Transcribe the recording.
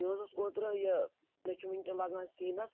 مےٚ حظ اوس اوترٕ یہِ مےٚ چھُ وُنتہِ لگان سیٖنَس